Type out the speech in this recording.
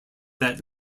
that